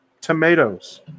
tomatoes